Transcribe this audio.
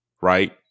right